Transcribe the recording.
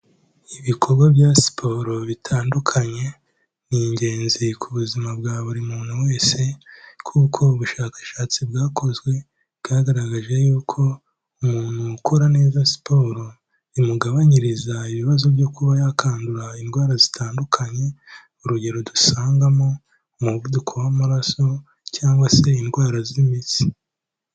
Ibikorwa bya siporo bitandukanye, ni ingenzi ku buzima bwa buri muntu wese, kuko ubushakashatsi bwakozwe, bwagaragaje yuko, umuntu ukora neza siporo, imugabanyiriza ibibazo byo kuba yakwandura indwara zitandukanye, urugero dusangamo, umuvuduko w'amaraso cyangwa se indwara z'imitsi.